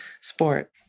sport